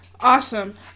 Awesome